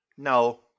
No